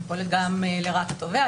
היא פועלת גם לרעת התובע,